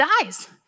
dies